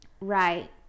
right